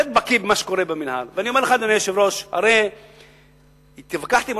אתה יודע, לא,